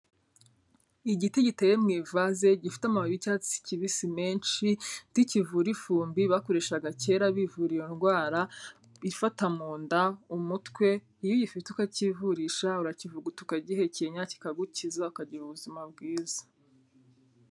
Igiti giteye mu ivase gifite amababi y'icyatsi kibisi menshi, igiti kivura ifumbi bakoreshaga kera bivura iyo ndwara ifata mu nda, umutwe iyo uyifite ukacyivurisha urakivuguta ukagihekenya kikagukiza ukagira ubuzima bwiza.